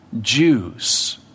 Jews